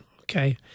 okay